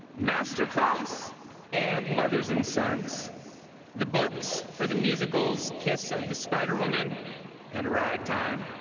masterclass and mothers and sons the books for the musicals kiss of the spider woman and ragtime